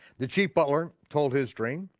the chief butler told his dream,